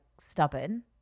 stubborn